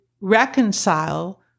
reconcile